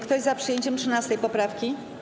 Kto jest za przyjęciem 13. poprawki?